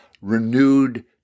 renewed